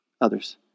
others